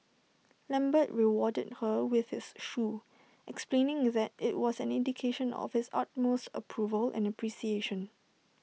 lambert rewarded her with his shoe explaining that IT was an indication of his utmost approval and appreciation